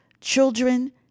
children